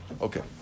okay